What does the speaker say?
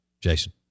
Jason